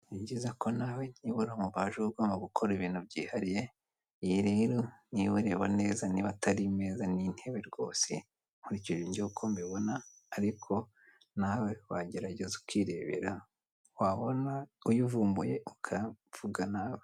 Ni byiza ko nawe niba uri umubaje uba ugomba gukora ibintu byihariye, iyi rero niba ureba neza niba atari imeza ni intebe rwose nkurikije njyewe uko mbibona, ariko nawe wagerageza ukirebera wabona uyivumbuye ukavuga nawe.